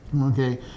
Okay